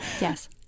Yes